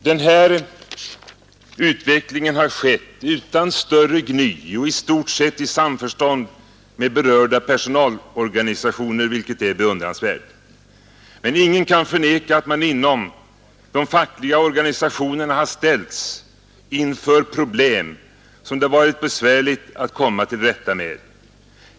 Den här utvecklingen har skett utan större gny och i stort sett i samförstånd med berörda personalorganisationer, vilket är beundransvärt. Men ingen kan förneka att man inom de fackliga organisationerna har ställts inför problem som det varit besvärligt att komma till rätta med.